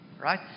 right